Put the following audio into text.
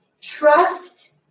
trust